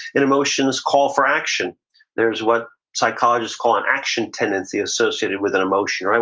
and emotions call for action there's what psychologists call an action tendency associated with an emotion, right?